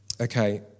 Okay